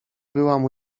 byłam